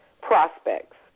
prospects